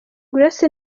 grace